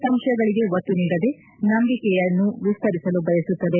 ಸಂಶಯಗಳಿಗೆ ಒತ್ತು ನೀಡದೆ ನಂಬಿಕೆಯನ್ನು ವಿಸ್ತರಿಸಲು ಬಯಸುತ್ತದೆ